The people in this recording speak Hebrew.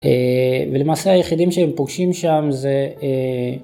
ולמעשה היחידים שהם פוגשים שם זה.